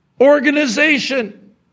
organization